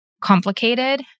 complicated